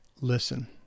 listen